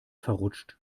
verrutscht